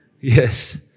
Yes